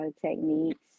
techniques